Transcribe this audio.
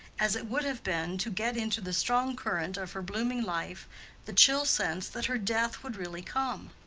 as it would have been to get into the strong current of her blooming life the chill sense that her death would really come.